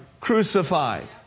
crucified